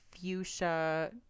fuchsia